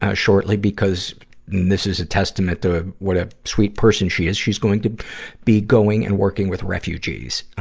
ah shortly because, and this is a testament to what a sweet person she is. she's going to be going and working with refugees.